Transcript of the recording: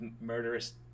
murderous